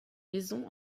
maison